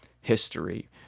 history